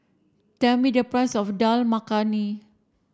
tell me the price of Dal Makhani